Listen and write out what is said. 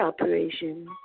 operation